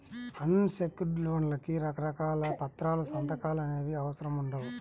అన్ secured లోన్లకి రకరకాల పత్రాలు, సంతకాలు అనేవి అవసరం ఉండవు